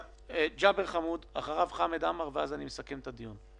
ג'אבר חמוד, אחריו חמד עמאר ואז אסכם את הדיון.